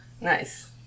Nice